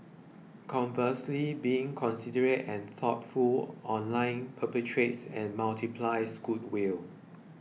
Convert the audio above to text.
conversely being considerate and thoughtful online perpetuates and multiplies goodwill